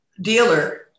dealer